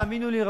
תאמינו לי,